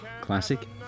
classic